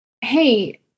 Hey